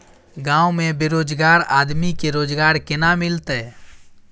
गांव में बेरोजगार आदमी के रोजगार केना मिलते?